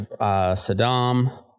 Saddam